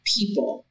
people